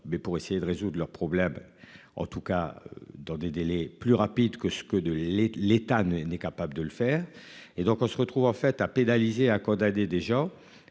mais pour essayer de résoudre leurs problèmes. En tout cas dans des délais plus rapide que ce que de les, les, l'État n'est n'est capable de le faire et donc on se retrouve en fait à pénaliser a condamné des gens